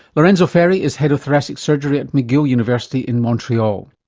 lorenzo ferri is head of thoracic surgery at mcgill university in montrealthe